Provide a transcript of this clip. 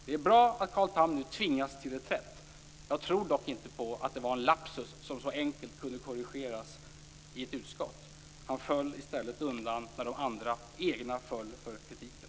Det är bra att Carl Tham nu tvingas till reträtt. Jag tror dock inte på att det var en lapsus som så enkelt kunde korrigeras i ett utskott. Han föll i stället undan när de andra egna föll för kritiken.